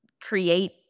create